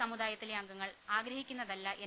സമുദായത്തിലെ അംഗങ്ങൾ ആഗ്രഹിക്കുന്നതല്ല എൻ